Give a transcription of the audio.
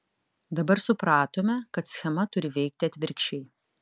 dabar supratome kad schema turi veikti atvirkščiai